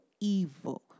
evil